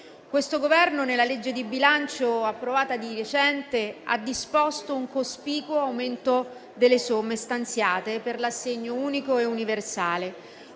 Questo Governo, nella legge di bilancio approvata di recente, ha disposto un cospicuo aumento delle somme stanziate per l'assegno unico e universale